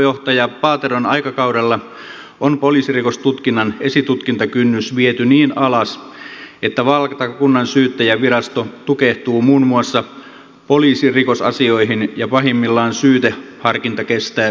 poliisiylijohtaja paateron aikakaudella on poliisirikostutkinnan esitutkintakynnys viety niin alas että valtakunnansyyttäjänvirasto tukehtuu muun muassa poliisirikosasioihin ja pahimmillaan syyteharkinta kestää yli vuoden